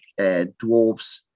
dwarves